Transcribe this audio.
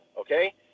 okay